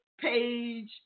page